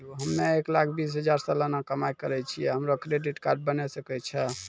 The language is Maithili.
हम्मय एक लाख बीस हजार सलाना कमाई करे छियै, हमरो क्रेडिट कार्ड बने सकय छै?